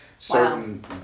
Certain